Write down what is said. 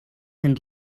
and